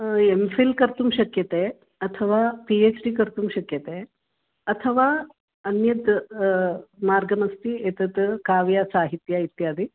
M Phil कर्तुं शक्यते अथवा पि एच् डि कर्तुं शक्यते अथवा अन्यत् मार्गमस्ति एतत् काव्यसाहित्यम् इत्यादि